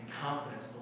confidence